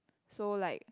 so like